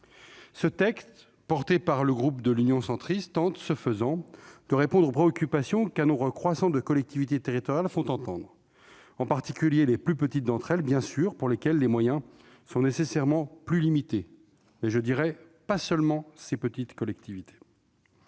Ce texte, porté par le groupe Union Centriste, tente de répondre aux préoccupations qu'un nombre croissant de collectivités territoriales font entendre, en particulier les plus petites d'entre elles, bien sûr, pour lesquelles les moyens sont nécessairement plus limités, mais pas seulement celles-là. Toutes